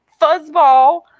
fuzzball